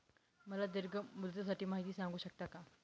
मला दीर्घ मुदतीसाठी माहिती सांगू शकता का?